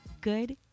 Good